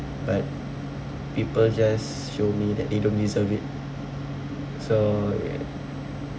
but people just show me that they don't deserve it so